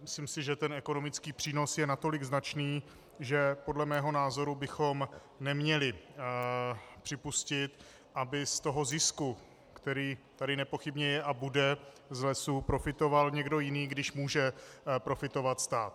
Myslím si, že ekonomický přínos je natolik značný, že podle mého názoru bychom neměli připustit, aby z toho zisku, který tady nepochybně z lesů je a bude, profitoval někdo jiný, když může profitovat stát.